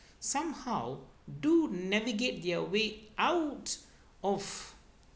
somehow do navigate their way out of